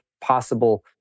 possible